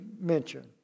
mention